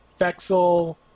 Fexel